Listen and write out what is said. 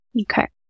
Okay